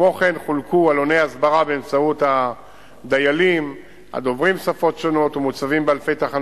כמו כן חולקו עלוני הסברה באמצעות דיילים הדוברים שפות שונות והוצבו